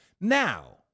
Now-